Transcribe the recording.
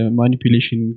manipulation